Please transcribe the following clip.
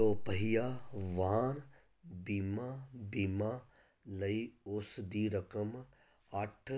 ਦੋਪਹੀਆ ਵਾਹਨ ਬੀਮਾ ਬੀਮਾ ਲਈ ਉਸ ਦੀ ਰਕਮ ਅੱਠ